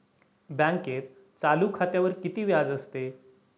बँकेत चालू खात्यावर किती व्याज असते?